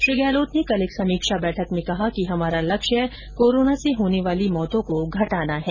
श्री गहलोत ने कल एक समीक्षा बैठक में कहा कि हमारा लक्ष्य कोरोना से होने वाली मौतों को घटाना है